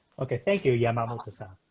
okay. thank you yamamoto-san.